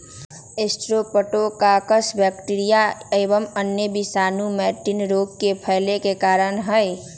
streptococcus bacteria एवं अन्य विषाणु मैटिन रोग के फैले के कारण हई